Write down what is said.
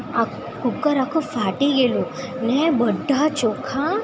આ કૂકર આખું ફાટી ગયેલું ને બધાં ચોખા